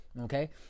Okay